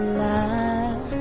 love